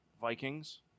Vikings